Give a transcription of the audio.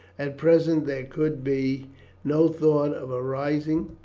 at present there could be no thought of a rising,